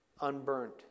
unburnt